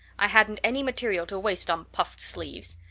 i hadn't any material to waste on puffed sleeves.